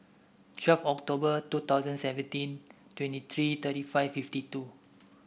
twelve October two thousand seventeen twenty three thirty five fifty two